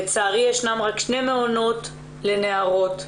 יש רק שני מעונות לנערות.